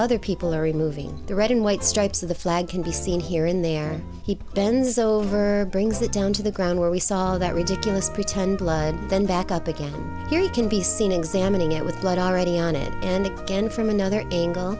other people are removing the red and white stripes of the flag can be seen here in there he bends over brings it down to the ground where we saw that ridiculous pretend blood then back up again and here you can be seen examining it with blood already on it and again from another angle